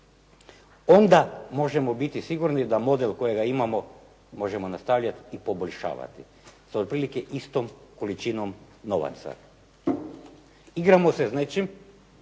Onda možemo biti sigurni da model kojega imamo možemo nastavljati i poboljšavati sa otprilike istom količinom novaca. Igramo se s nečim